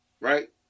right